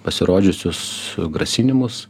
pasirodžiusius grasinimus